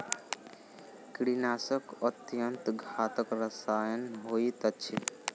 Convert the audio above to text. कीड़ीनाशक अत्यन्त घातक रसायन होइत अछि